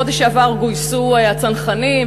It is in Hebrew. בחודש שעבר גויסו הצנחנים,